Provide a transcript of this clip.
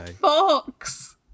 Fox